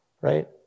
Right